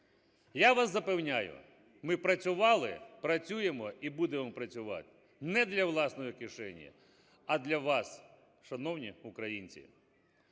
я вас запевню: ми працювали, працюємо і будемо працювати не для власної кишені, а для вас, шановні українці.